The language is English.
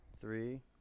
three